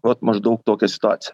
vat maždaug tokia situacija